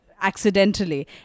Accidentally